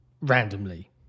randomly